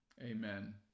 Amen